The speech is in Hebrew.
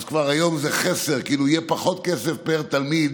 אז כבר היום זה חסר, יהיה פחות כסף פר תלמיד